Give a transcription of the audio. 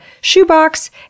shoebox